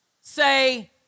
say